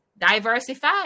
diversify